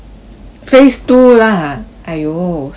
phase two lah !aiyo! so difficult